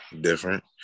different